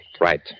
Right